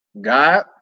God